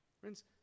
Friends